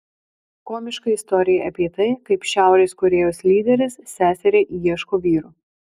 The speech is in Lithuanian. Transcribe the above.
komiška istorija apie tai kaip šiaurės korėjos lyderis seseriai ieško vyro